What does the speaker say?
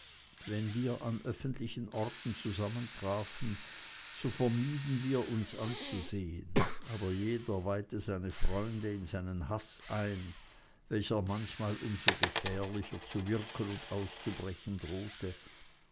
wenn wir an öffentlichen orten zusammentrafen so vermieden wir uns anzusehen aber jeder weihte seine freunde in seinen haß ein welcher manchmal um so gefährlicher zu wirken und auszubrechen drohte